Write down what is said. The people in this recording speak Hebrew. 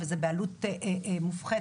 וזה בעלות מופחתת,